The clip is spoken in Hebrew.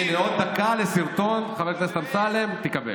הינה, עוד דקה לסרטון, חבר הכנסת אמסלם, תקבל.